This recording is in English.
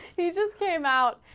he just came out